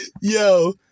Yo